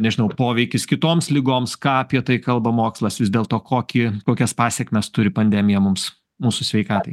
nežinau poveikis kitoms ligoms ką apie tai kalba mokslas vis dėlto kokį kokias pasekmes turi pandemija mums mūsų sveikatai